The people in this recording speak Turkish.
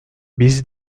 biz